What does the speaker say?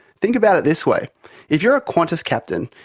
think about it this way if you are a qantas captain,